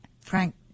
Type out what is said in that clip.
Frank